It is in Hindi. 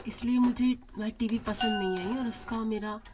इसलिए मुझे वह टी वी पसंद नहीं आई और उसका मेरा